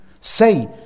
say